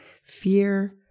fear